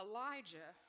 Elijah